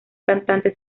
cantante